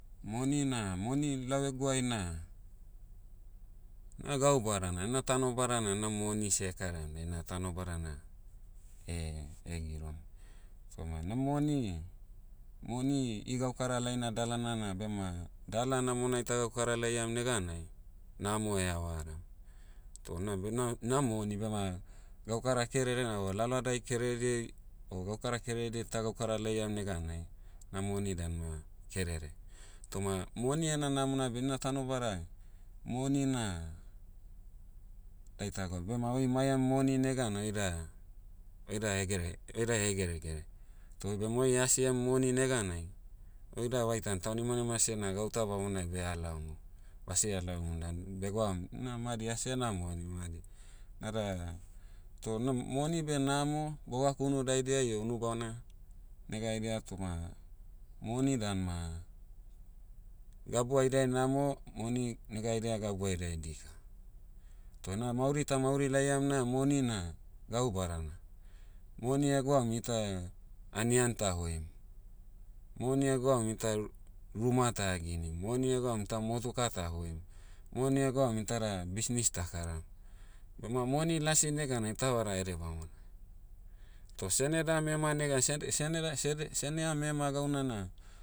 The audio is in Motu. Moni na moni lau eguai na, na gau badana na tanobada na moni seh ekaraim heina tanobada na, eh- ehegirom. Toma na moni- moni igaukara laina dalana na bema, dala namonai ta gaukara laiam neganai, namo ehavaram. Toh una be- na- na moni bema, gaukara kerere o lalohadai kererediai, o gaukara kererediai ta gaukara laiam neganai, na moni dan ma kerere. Toma moni ena namona beh na tanobada, moni na, daitaga bema oi maiam moni neganai oida- oida hegere- oida hegeregere. Toh bema oi asiem moni neganai, oida vaitan taunimanima seh na gauta bamonai behalaomum. Basie halaomum dan, begwaum, una madi asiena moni madi. Nada, toh na moni beh namo, bogakunu daidiai o unu bamona, nega haidia toma, moni dan ma, gabu haidai namo, moni, nega haidia gabu haidai dika. Toh na mauri tamauri laiam na moni na, gau badana. Moni egwaum ita, anian tahoim. Moni egwaum ita, ruma tahaginim moni egwaum ta motuka tahoim. Moni egwaun itada, bisnis takaram. Bema moni lasi neganai ita vada edebamona. Toh senedam ema negan send- seneda- sede- seneam ema gauna na,